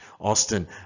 Austin